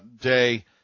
day